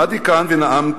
עמדתי כאן ונאמתי.